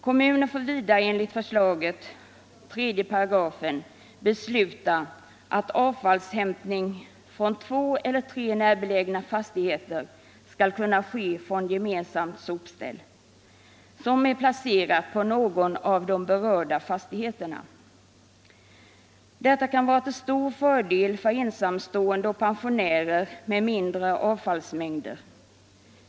Kommunen får vidare enligt förslaget, 3 §, besluta att avfallshämtning från två eller tre närbelägna fastigheter skall kunna ske från gemensamt sopställ, som är placerat på någon av de berörda fastigheterna. Detta kan vara till stor fördel för ensamstående och pensionärer med mindre avfallsmängder.